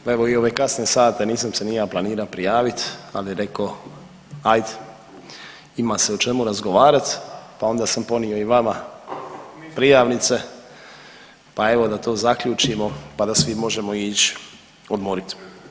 Pa evo i u ove kasne sate nisam se ni ja planira prijavit, ali reko ajd ima se o čemu razgovarat pa onda sam ponio i vama prijavnice, pa evo da to zaključimo pa da svi možemo ići odmorit.